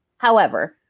however,